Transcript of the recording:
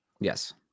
Yes